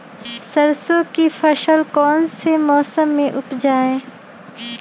सरसों की फसल कौन से मौसम में उपजाए?